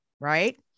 right